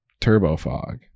Turbofog